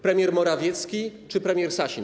Premier Morawiecki czy premier Sasin?